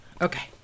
Okay